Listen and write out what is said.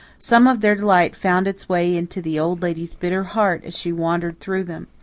some of their delight found its way into the old lady's bitter heart as she wandered through them,